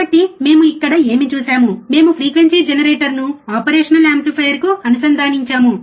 కాబట్టి మేము ఇక్కడ ఏమి చేసాము మేము ఫ్రీక్వెన్సీ జనరేటర్ను ఆపరేషనల్ యాంప్లిఫైయర్కు అనుసంధానించాము